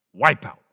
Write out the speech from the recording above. Wipeout